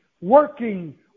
working